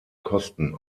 kosten